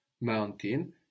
Mountain